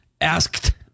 Asked